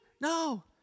No